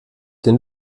den